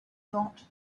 thought